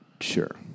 Sure